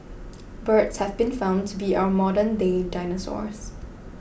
birds have been found to be our modern day dinosaurs